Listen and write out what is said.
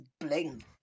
bling